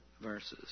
verses